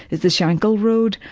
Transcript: is the shankill road,